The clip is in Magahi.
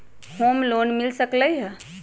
होम लोन मिल सकलइ ह?